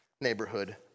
neighborhood